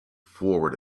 forward